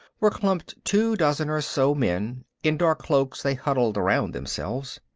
were clumped two dozen or so men in dark cloaks they huddled around themselves.